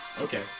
Okay